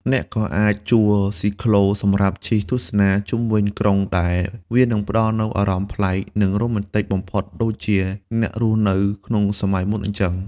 អ្នកក៏អាចជួលស៊ីក្លូសម្រាប់ជិះទស្សនាជុំវិញក្រុង ដែលវានឹងផ្តល់នូវអារម្មណ៍ប្លែក និងរ៉ូមែនទិកបំផុតដូចជាអ្នករស់នៅក្នុងសម័យមុនអញ្ចឹង។